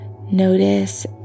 Notice